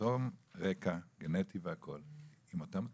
אותו רקע, גנטי והכל, עם אותן תרופות,